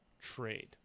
trade